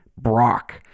Brock